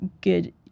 good